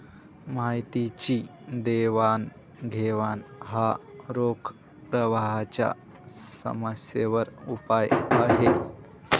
माहितीची देवाणघेवाण हा रोख प्रवाहाच्या समस्यांवर उपाय आहे